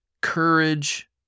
courage